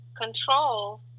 control